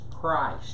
Christ